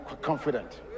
confident